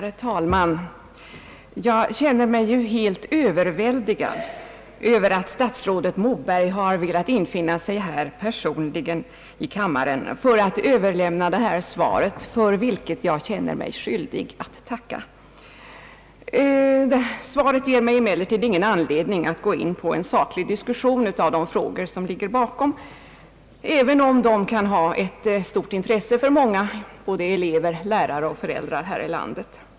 Herr talman! Jag känner mig helt överväldigad över att statsrådet Moberg har velat infinna sig personligen i kammaren för att överlämna det här svaret, för vilket jag känner mig skyldig att tacka. Svaret ger mig emellertid inte anledning att gå in på en saklig diskussion av de frågor, som ligger bakom, även om de kan ha ett stort intresse för många elever, lärare och föräldrar.